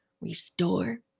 restore